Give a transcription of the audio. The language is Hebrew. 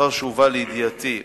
לאחר שהובא לידיעתי,